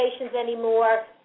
anymore